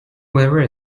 where